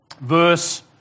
verse